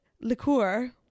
liqueur